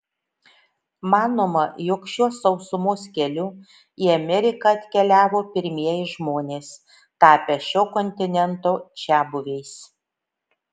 manoma jog šiuo sausumos keliu į ameriką atkeliavo pirmieji žmonės tapę šio kontinento čiabuviais